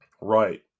right